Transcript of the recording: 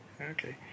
Okay